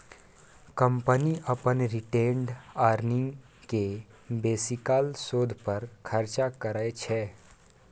company अपन retained earning केँ बेसीकाल शोध पर खरचा करय छै